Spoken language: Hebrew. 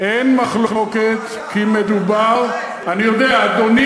"אין מחלוקת כי מדובר, אבל איך